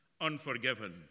unforgiven